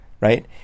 right